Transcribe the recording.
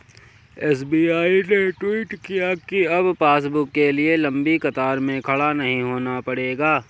SBI ने tweet किया कि अब पासबुक के लिए लंबी कतार में खड़ा नहीं होना पड़ेगा